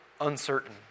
uncertain